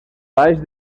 baix